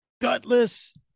gutless